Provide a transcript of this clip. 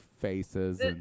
faces